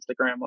instagram